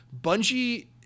Bungie